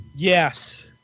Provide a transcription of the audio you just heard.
Yes